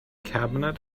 cabinet